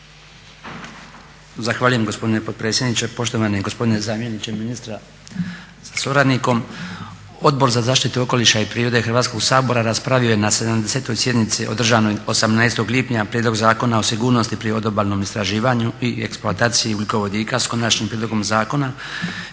Zahvaljujem gospodine potpredsjedniče, poštovani gospodine zamjeniče ministra sa suradnikom. Odbor za zaštitu okoliša i prirode Hrvatskog sabora raspravio je na 70 sjednici održanoj 18. lipnja prijedlog zakona o sigurnosti bi odobalnom istraživanju i eksploataciji ugljikovodika s konačnim prijedlogom zakona